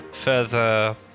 further